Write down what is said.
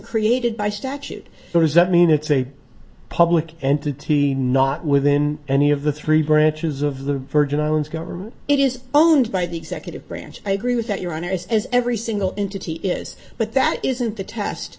created by statute does that mean it's a public entity not within any of the three branches of the virgin islands government it is owned by the executive branch i agree with that your honor is as every single entity is but that isn't the test